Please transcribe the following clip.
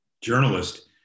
journalist